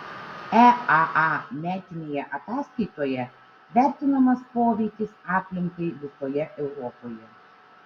eaa metinėje ataskaitoje vertinamas poveikis aplinkai visoje europoje